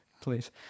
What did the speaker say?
please